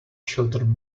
children